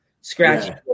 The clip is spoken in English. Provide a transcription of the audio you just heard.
scratchy